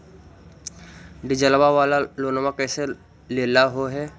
डीजलवा वाला लोनवा कैसे लेलहो हे?